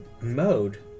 mode